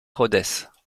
rhodes